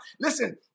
Listen